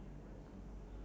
mmhmm